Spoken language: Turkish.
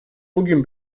bugün